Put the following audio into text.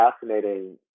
fascinating